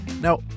Now